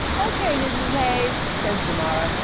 okay, mrs. hayes, says jamara.